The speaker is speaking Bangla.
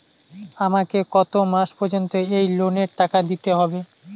আমাকে কত মাস পর্যন্ত এই লোনের টাকা দিতে হবে?